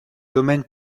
domaine